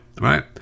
right